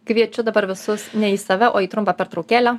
kviečiu dabar visus ne į save o į trumpą pertraukėlę